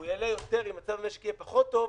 והוא יעלה יותר אם מצב המשק פחות טוב,